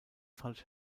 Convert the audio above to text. falsch